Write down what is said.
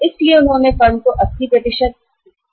उन्होंने फर्म को 80दिया है